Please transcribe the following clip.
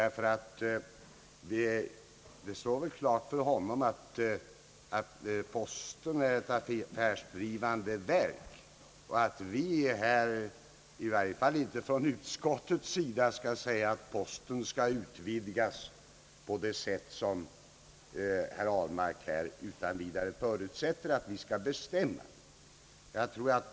Det måste väl stå klart för honom att posten är ett affärsdrivande verk och att vi här, i varje fall inte från utskottets sida, kan bestämma att postens verksamhet skall utvidgas på det sätt som herr Ahlmark här utan vidare förutsätter att vi skall göra.